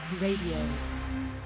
Radio